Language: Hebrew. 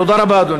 תודה רבה, אדוני.